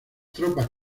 tropas